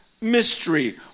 mystery